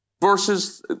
versus